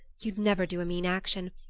you'd never do a mean action,